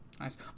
Nice